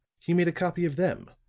he made a copy of them